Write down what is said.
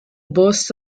bursts